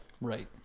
Right